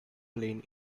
plane